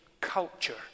culture